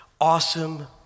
Awesome